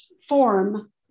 form